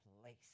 place